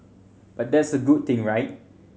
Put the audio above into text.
but that's a good thing right